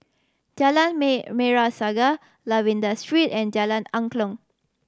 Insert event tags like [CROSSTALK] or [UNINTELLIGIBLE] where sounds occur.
Jalan [UNINTELLIGIBLE] Merah Saga Lavender Street and Jalan Angklong